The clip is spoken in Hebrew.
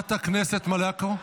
מלקו,